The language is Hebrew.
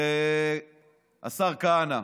השר כהנא.